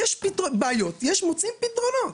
יש בעיות, מוצאים פתרונות.